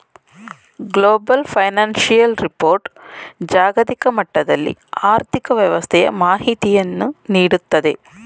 global financial report ಜಾಗತಿಕ ಮಟ್ಟದಲ್ಲಿ ಆರ್ಥಿಕ ವ್ಯವಸ್ಥೆಯ ಮಾಹಿತಿಯನ್ನು ನೀಡುತ್ತದೆ